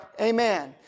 Amen